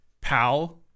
pal